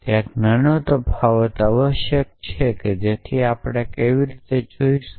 ત્યાં એક નાનો તફાવત આવશ્યક છે તેથી આપણે આ કેવી રીતે જોઈશું